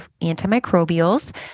antimicrobials